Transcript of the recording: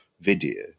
video